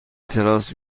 تراس